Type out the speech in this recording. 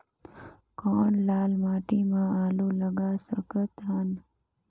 कौन लाल माटी म आलू लगा सकत हन?